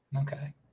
Okay